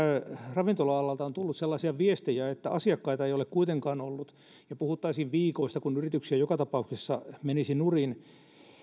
ravintola alalta on tullut sellaisia viestejä että asiakkaita ei ole kuitenkaan ollut kun puhuttaisiin viikoista kun yrityksiä joka tapauksessa menisi nurin